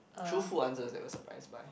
truthful answers that you are surprised by